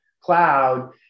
cloud